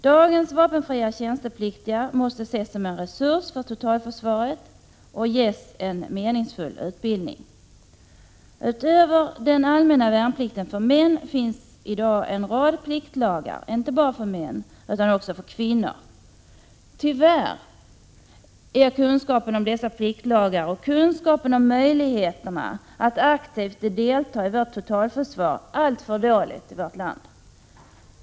Dagens vapenfria tjänstepliktiga måste ses som en resurs för totalförsvaret och ges en meningsfull utbildning. Utöver den allmänna värnplikten för män finns i dag en rad pliktlagar, inte bara för män utan också för kvinnor. Tyvärr är kunskapen om dessa pliktlagar och kunskapen om möjligheterna att aktivt delta inom vårt totalförsvar alltför dålig i vårt land.